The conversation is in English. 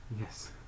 Yes